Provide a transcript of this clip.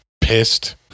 pissed